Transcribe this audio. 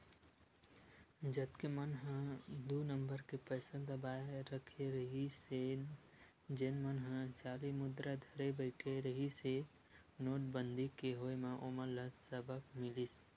जतेक मनखे मन ह दू नंबर के पइसा दबाए रखे रहिस जेन मन ह जाली मुद्रा धरे बइठे रिहिस हे नोटबंदी के होय म ओमन ल सबक मिलिस